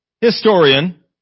historian